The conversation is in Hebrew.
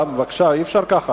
אי-אפשר כך.